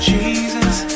Jesus